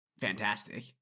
fantastic